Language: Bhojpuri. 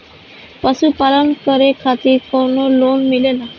पशु पालन करे खातिर काउनो लोन मिलेला?